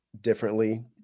differently